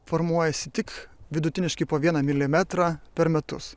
formuojasi tik vidutiniškai po vieną milimetrą per metus